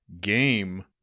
game